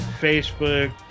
Facebook